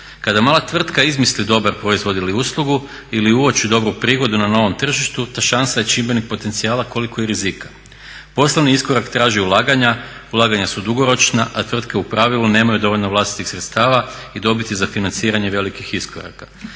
Kada mala tvrtka izmisli dobar proizvod ili uslugu ili uoči dobru prigodu na novom tržištu ta šansa je čimbenik potencijala koliko i rizika. Poslovni iskorak traži ulaganja, ulaganja su dugoročna a tvrtke u pravilu nemaju dovoljno vlastiti sredstava i dobiti za financiranje velikih iskoraka.